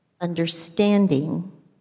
understanding